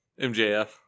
MJF